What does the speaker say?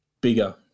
bigger